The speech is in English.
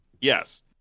Yes